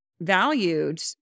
valued